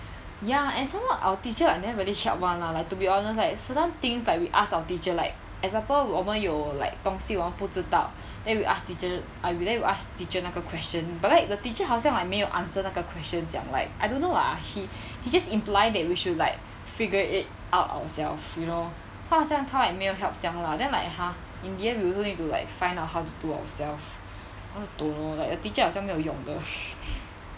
ya and some more our teacher like never really check [one] lah like to be honest like certain things like we ask our teacher like example 我们有 like 东西我们不知道 then we ask teacher then we ask teacher 那个 question but right the teacher 好像 like 没有 answer 那个 question 这样 like I don't know lah he he just implying that we should like figure it out ourselves you know 他好像他 like 没有 help 这样 lah then like !huh! in the end we also need to like find out how to do ourselves I also don't know like 那个 teacher 好像 like 没有用的